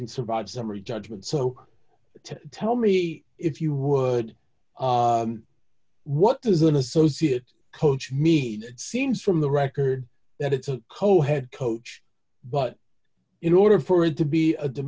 can survive summary judgment so tell me if you would what does an associate coach mean it seems from the record that it's a co head coach but in order for it to be